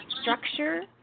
structure